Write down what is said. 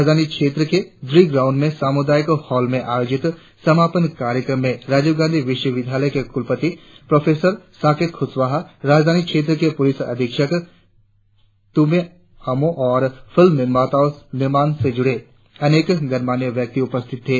राजधानी क्षेत्र के ड्री ग्राउंड के सामुदायिक हॉल में आयोजित समापन कार्यक्रम में राजीव गांधी विश्वविद्यालय के कुलपति प्रोफेसर साकेत कुशवाहा राजधानी क्षेत्र के पुलिस अधीक्षक तुम्मे अमो और फिल्म निमार्ण से जुड़े अनेक गणमान्य व्यक्ति उपस्थित थे